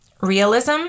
realism